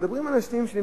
מדברים על אנשים,